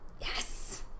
Yes